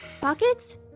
pockets